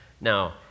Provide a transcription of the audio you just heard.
Now